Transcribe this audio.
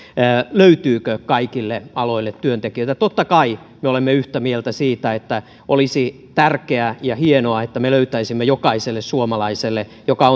löytyykö kaikille aloille työntekijöitä totta kai me olemme yhtä mieltä siitä että olisi tärkeää ja hienoa että me löytäisimme jokaiselle suomalaiselle joka